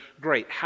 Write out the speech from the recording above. Great